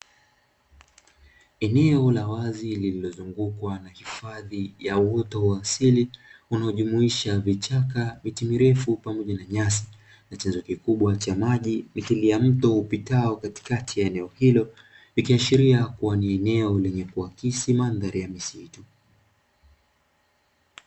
Eneo la wazi lililozungukwa na hifadhi ya uoto wa asili unaojumuisha vichaka, miti mirefu pamoja na nyasi na chanzo kikubwa cha maji mithili ya mto upitao katikati ya eneo hilo ikiashiria kuwa ni eneo lenye kuakisi mandhari ya misitu.